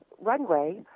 runway